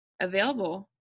available